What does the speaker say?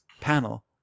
panel